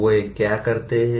वे क्या करते है